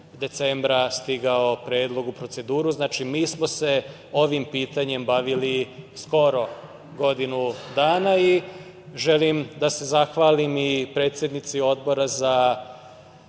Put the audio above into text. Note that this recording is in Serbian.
decembra stigao predlog u proceduru. Znači, mi smo se ovim pitanjem bavili skoro godinu dana. Želim da se zahvalim i predsednici Odbora za